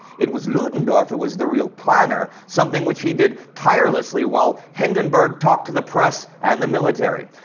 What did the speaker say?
it was ludendorff who was the real planner, something which he did tirelessly while hindenburg talked to the press and the military.